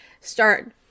start